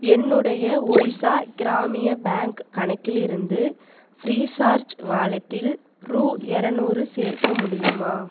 என்னுடைய ஒடிஷா கிராமிய பேங்க் கணக்கிலிருந்து ஃப்ரீசார்ஜ் வாலெட்டில் ரூபா இரநூறு சேர்க்க முடியுமா